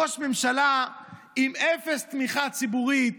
ראש ממשלה עם אפס תמיכה ציבורית.